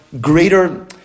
greater